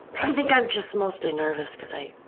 i think i'm just mostly nervous because i